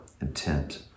intent